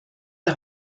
der